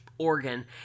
organ